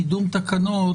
קידום תקנות,